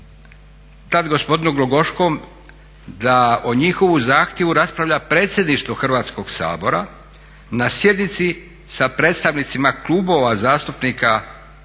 tad gospodinu Glogoškom da o njihovu zahtjevu raspravlja predsjedništvo Hrvatskog sabora na sjednici sa predstavnicima klubova zastupnika što